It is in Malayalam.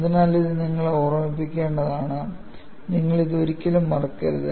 അതിനാൽ ഇത് നിങ്ങൾ ഓർമ്മിക്കേണ്ടതാണ് നിങ്ങൾ ഇത് ഒരിക്കലും മറക്കരുത്